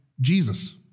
Jesus